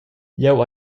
jeu